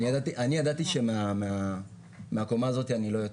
אני ידעתי שמהקומה הזאת אני לא אצא.